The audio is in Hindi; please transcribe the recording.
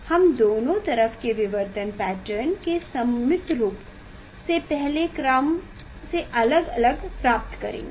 हम दोनों तरफ के विवर्तन पैटर्न के सममित रूप से पहले क्रम से अलग अलग प्राप्त करेंगे